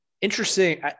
interesting